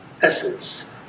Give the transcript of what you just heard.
essence